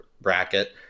bracket